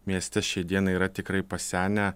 mieste šiai dienai yra tikrai pasenę